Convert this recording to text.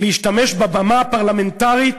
להשתמש בבמה הפרלמנטרית